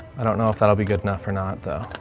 i don't know if that'll be good enough or not though.